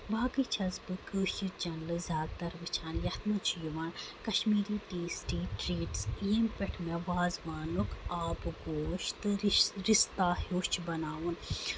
باقٕے چھَس بہٕ کٲشِر چنلہٕ زیادٕ تر وٕچھان یَتھ منٛز چھُ یِوان کَشمیٖری ٹیسٹی ٹریٖٹٕس ییٚمہ پٮ۪ٹھ مےٚ وازوانُک آبہٕ گوش تہٕ رِستا ہٮ۪وٚچھ بَناوُن